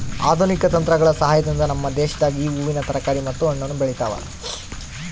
ಆಧುನಿಕ ತಂತ್ರಗಳ ಸಹಾಯದಿಂದ ನಮ್ಮ ದೇಶದಾಗ ಈ ಹೂವಿನ ತರಕಾರಿ ಮತ್ತು ಹಣ್ಣನ್ನು ಬೆಳೆತವ